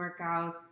workouts